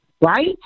right